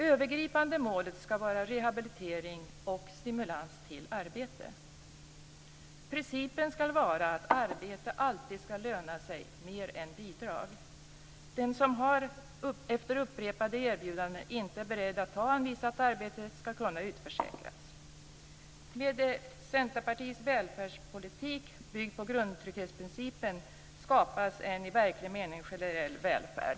Övergripande målet skall vara rehabilitering och stimulans till arbete. Principen skall vara att arbete alltid skall löna sig mer än bidrag. Den som efter upprepade erbjudanden inte är beredd att ta anvisat arbete skall kunna utförsäkras. Med Centerpartiets välfärdspolitik, byggd på grundtrygghetsprincipen, skapas en i verklig mening generell välfärd.